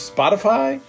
Spotify